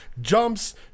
jumps